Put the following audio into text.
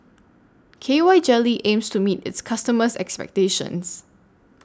K Y Jelly aims to meet its customers' expectations